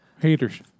haters